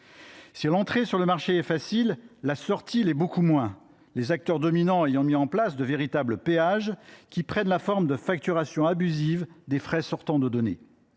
Si l’entrée sur le marché est facile, la sortie l’est beaucoup moins, les acteurs dominants ayant mis en place de véritables péages qui prennent la forme de facturation abusive de frais sortants de données.